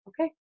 okay